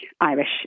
Irish